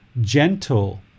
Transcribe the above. gentle